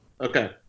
Okay